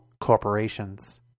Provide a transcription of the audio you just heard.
corporations